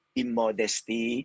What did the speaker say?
immodesty